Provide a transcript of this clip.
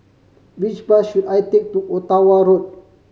which bus should I take to Ottawa Road